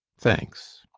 thanks.